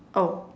oh